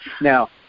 Now